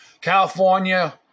California